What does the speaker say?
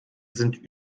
sind